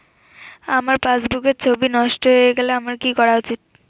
আমার পাসবুকের ছবি নষ্ট হয়ে গেলে আমার কী করা উচিৎ?